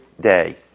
day